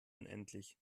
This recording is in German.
unendlich